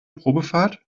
probefahrt